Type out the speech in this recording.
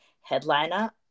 headliner